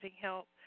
help